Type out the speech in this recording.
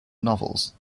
novels